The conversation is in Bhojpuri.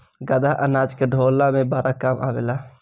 गदहा अनाज के ढोअला में बड़ा काम आवेला